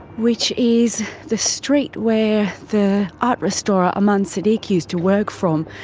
which is the street where the art restorer aman siddique used to work from.